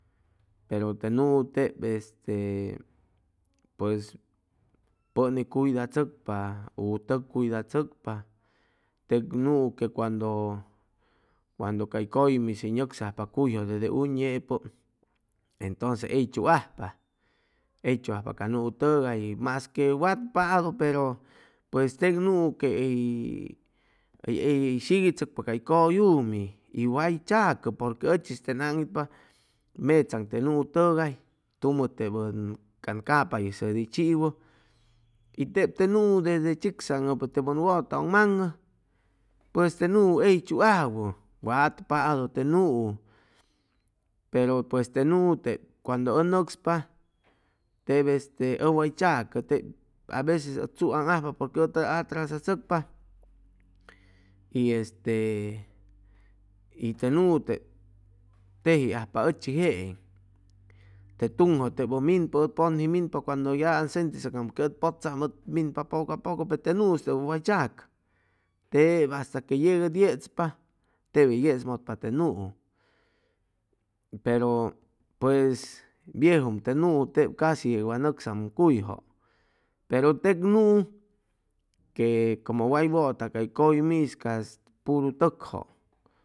Pero te nuu tep este pues pʉn hʉy cuidachʉcpa u tʉk cuidachʉcpa teg nuu que cuando cuando cay cʉyumi hʉy nʉcsajpa cuyjʉ desde uñepʉ entonces heychu ajpa heychu ajpa ca nuu tʉgay y masque wat padʉ pero pues teg nuu que hʉy hʉy hʉy sigichʉcpa cay cʉyumi y way tzacʉ porque ʉchis ten aŋitpa mechaaŋ te nuu tʉgay tumʉ tep ʉn can capay'is ʉdiy chiwʉ y tep te nuu desde chiczaŋ tep ʉn wʉtaʉŋmaŋʉ pues te nuu heychu ajwʉ wat mapʉ te nuu pero pues te nuu tep cuando ʉ nʉcspa tep este ʉ way tzacʉ tep aveces tzuaŋ ajpa porque atrasachʉcpa y este y te nuu tep teji ajpa ʉchi jeeŋ te tuŋjʉ tep ʉ minpa ʉ pʉnji minpa cuando ya sentichʉcam que ʉd pʉcham ʉ inpa poco a poco pe te nuu tep ʉ way tzacʉ tep hasta que yeg ʉd yechpa tep yechmʉtpa te nuu pero pues viejuam te nuu tep casi wa nʉcsam cuyjʉ pero teg nuu que como way wʉtaa cay cʉyumiis cas puru tʉkjʉ